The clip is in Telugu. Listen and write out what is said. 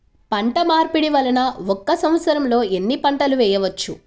పంటమార్పిడి వలన ఒక్క సంవత్సరంలో ఎన్ని పంటలు వేయవచ్చు?